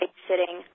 sitting